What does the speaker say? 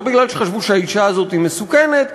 לא כי חשבו שהאישה הזאת מסוכנת,